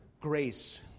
grace